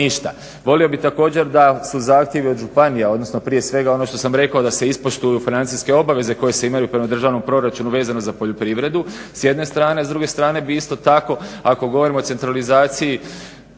ništa. Volio bih također da su zahtjevi od županija, odnosno prije svega ono što sam rekao da se ispoštuju financijske obaveze koje se imaju prema državnom proračunu vezano za poljoprivredu s jedne strane. A s druge strane bih isto tako ako govorimo o centralizaciji